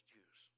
Jews